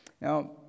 Now